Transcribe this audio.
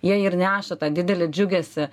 jie ir neša tą didelį džiugesį